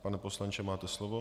Pane poslanče, máte slovo.